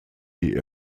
die